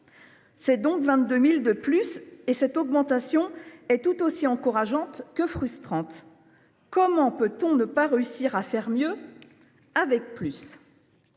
C’est donc 22 000 de plus, et cette augmentation est tout aussi encourageante que frustrante : comment peut on ne pas réussir à faire mieux avec plus ?